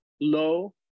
low